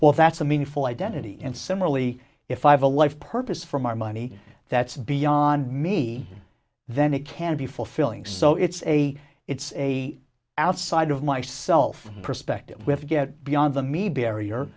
well that's a meaningful identity and similarly if i have a life purpose for my money that's beyond me then it can be fulfilling so it's a it's a outside of myself perspective we have to get beyond the me barrier